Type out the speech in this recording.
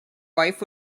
wife